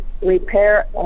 repair